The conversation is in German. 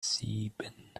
sieben